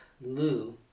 Lou